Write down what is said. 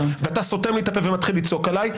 ואתה סותם לי את הפה ומתחיל לצעוק עליי,